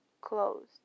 closed